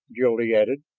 jil-lee added.